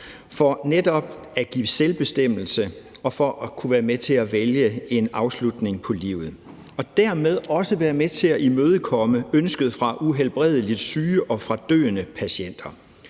for netop at give selvbestemmelse og mulighed for selv at vælge en afslutning på livet og dermed også være med til at imødekomme ønsket fra uhelbredeligt syge og fra døende patienter.